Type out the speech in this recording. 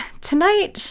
tonight